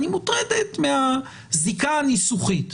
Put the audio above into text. היא מוטרדת מהזיקה הניסוחית.